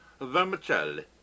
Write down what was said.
Vermicelli